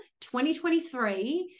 2023